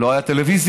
לא הייתה טלוויזיה,